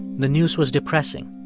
the news was depressing.